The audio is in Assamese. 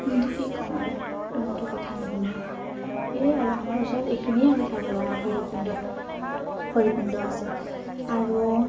কিন্তু কি ক'ম আৰু কোনোৱেতো কথা নুশুনে সেয়াই আৰু আমাৰ ওচৰত এইখিনিয়ে আছে চাব লগা ভৈৰৱকুণ্ডত ভৈৰৱকুণ্ড আছে আৰু